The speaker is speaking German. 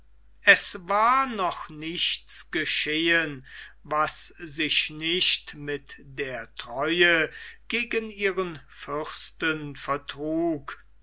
es war noch nichts geschehen was sich nicht mit der treue gegen ihren fürsten